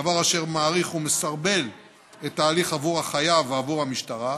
דבר אשר מאריך ומסרבל את ההליך עבור החייב ועבור המשטרה,